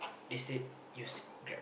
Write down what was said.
they said use Grab